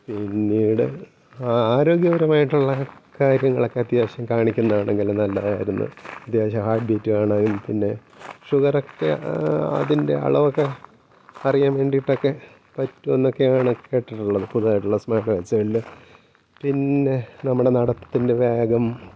പിന്നീട് ആരോഗ്യപരമായിട്ടുള്ള കാര്യങ്ങളൊക്കെ അത്യാവശ്യം കാണിക്കുന്നതാണെങ്കിൽ നല്ലതായിരുന്നു അത്യാവശ്യം ഹാർട്ട് ബീറ്റ് കാണാനും പിന്നെ ഷുഗറൊക്കെ അതിൻ്റെ അളവൊക്കെ അറിയാൻ വേണ്ടീട്ടൊക്കെ പറ്റുമെന്നൊക്കെയാണ് കേട്ടിട്ടുള്ളത് പൊതുവായിട്ടുള്ള സ്മാർട്ട് വാച്ച്കളിൽ പിന്നെ നമ്മുടെ നടത്തത്തിൻ്റെ വേഗം